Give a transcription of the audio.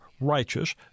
righteous